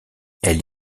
elle